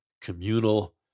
communal